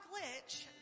glitch